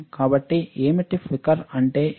కాబట్టి ఏమిటి ఫ్లికర్ అంటే ఏమిటి